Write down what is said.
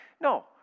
no